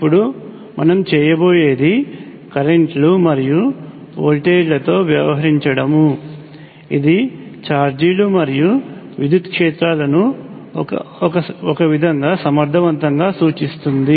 ఇప్పుడు మనం చేయబోయేది కరెంట్ లు మరియు వోల్టేజ్లతో వ్యవహరించడం ఇది ఛార్జీలు మరియు విద్యుత్ క్షేత్రాలను ఒక విధంగా సమర్థవంతంగా సూచిస్తుంది